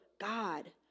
God